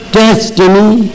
destiny